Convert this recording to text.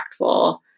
impactful